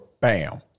bam